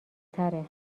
تره